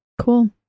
Cool